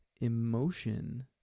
emotion